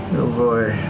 oh boy.